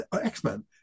X-Men